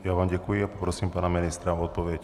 Já vám děkuji a poprosím pana ministra o odpověď.